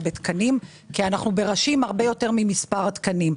בתקנים כי בראשים אנחנו הרבה יותר ממספר התקנים.